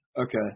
okay